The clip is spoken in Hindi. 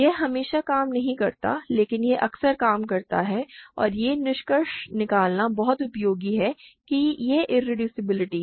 यह हमेशा काम नहीं करता है लेकिन यह अक्सर काम करता है और यह निष्कर्ष निकालना बहुत उपयोगी है कि यहां इरेड्यूसबिलिटी